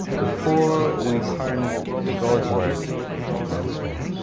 before we turn to god's word once more.